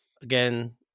Again